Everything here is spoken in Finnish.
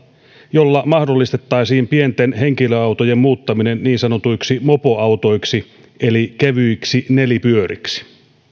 jolla mahdollistettaisiin pienten henkilöautojen muuttaminen niin sanotuiksi mopoautoiksi eli kevyiksi nelipyöriksi